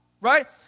right